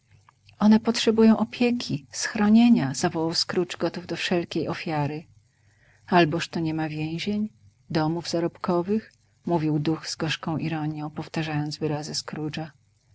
one potrzebują opieki schronienia zawołał scrooge gotów do wszelkiej ofiary alboż to niema więzień domów zarobkowych mówił duch z gorzką ironią powtarzając wyrazy